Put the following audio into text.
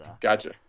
Gotcha